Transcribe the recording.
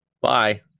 bye